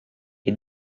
est